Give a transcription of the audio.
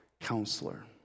Counselor